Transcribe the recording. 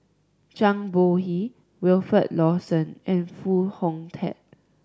Zhang Bohe Wilfed Lawson and Foo Hong Tatt